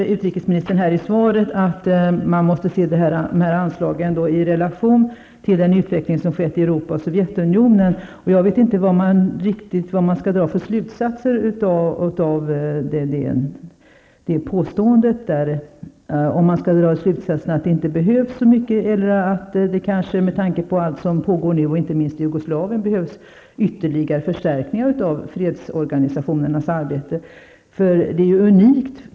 Utrikesministern säger i svaret att man måste se anslagen i relation till den utveckling som har skett i Europa och Sovjetunionen. Jag vet inte riktigt vad man skall dra för slutsatser av det påståendet. Skall man dra slutsatsen att det inte behövs så stora anslag eller att det med tanke på vad som pågår nu, inte minst i Jugoslavien, behövs ytterligare förstärkningar av fredsorganisationernas arbete?